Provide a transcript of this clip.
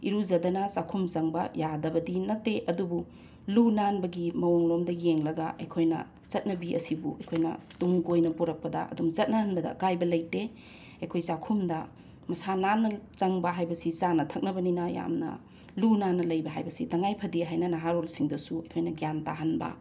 ꯏꯔꯨꯖꯗꯅ ꯆꯥꯛꯈꯨꯝ ꯆꯪꯕ ꯌꯥꯗꯕꯗꯤ ꯅꯠꯇꯦ ꯑꯗꯨꯕꯨ ꯂꯨ ꯅꯥꯟꯕꯒꯤ ꯃꯑꯣꯡ ꯂꯣꯝꯗ ꯌꯦꯡꯂꯒ ꯑꯩꯈꯣꯏꯅ ꯆꯠꯅꯕꯤ ꯑꯁꯤꯕꯨ ꯑꯩꯈꯣꯏꯅ ꯇꯨꯡ ꯀꯣꯏꯅ ꯄꯨꯔꯛꯄꯗ ꯑꯗꯨꯝ ꯆꯠꯅꯍꯟꯕꯗ ꯑꯀꯥꯏꯕ ꯂꯩꯇꯦ ꯑꯩꯈꯣꯏ ꯆꯥꯛꯈꯨꯝꯗ ꯃꯁꯥ ꯅꯥꯟꯅ ꯆꯪꯕ ꯍꯥꯏꯕꯁꯤ ꯆꯥꯅ ꯊꯛꯅꯕꯅꯤꯅ ꯌꯥꯝꯅ ꯂꯨ ꯅꯥꯟꯅ ꯂꯩꯕ ꯍꯥꯏꯕꯁꯤ ꯇꯉꯥꯏ ꯐꯗꯦ ꯍꯥꯏꯅ ꯅꯍꯥꯔꯣꯜꯁꯤꯡꯗꯁꯨ ꯑꯩꯈꯣꯏꯅ ꯒ꯭ꯌꯥꯟ ꯇꯥꯍꯟꯕ